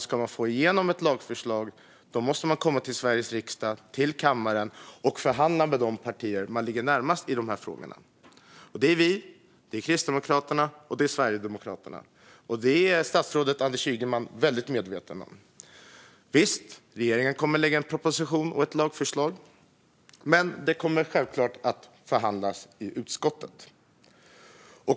Ska man få igenom ett lagförslag måste man i stället komma till Sveriges riksdags kammare och förhandla med de partier man ligger närmast i de här frågorna. Det är vi, det är Kristdemokraterna och det är Sverigedemokraterna, och detta är statsrådet Anders Ygeman väldigt medveten om. Visst kommer regeringen att lägga fram en proposition, men den kommer självklart att förhandlas i utskottet.